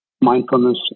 mindfulness